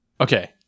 Okay